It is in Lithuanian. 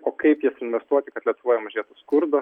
o kaip jas investuoti kad lietuvoje mažėtų skurdo